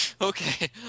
Okay